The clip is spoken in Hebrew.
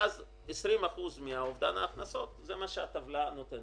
ואז 20% מאובדן ההכנסות זה מה שהטבלה נותנת,